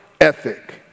ethic